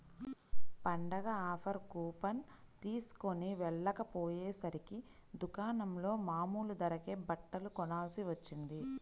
పండగ offer coupon తీస్కొని వెళ్ళకపొయ్యేసరికి దుకాణంలో మామూలు ధరకే బట్టలు కొనాల్సి వచ్చింది